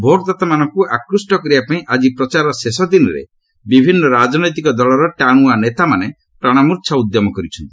ଭୋଟ୍ଦାତାମାନଙ୍କୁ ଆକୃଷ୍ଟ କରିବା ପାଇଁ ଆଜି ପ୍ରଚାରର ଶେଷ ଦିନରେ ବିଭିନ୍ନ ରାଜନୈତିକ ଦଳର ଟାଣ୍ରଆ ନେତାମାନେ ପ୍ରାଣମୂର୍ଚ୍ଛା ଉଦ୍ୟମ କରିଛନ୍ତି